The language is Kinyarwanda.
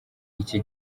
iki